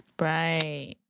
Right